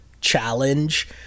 challenge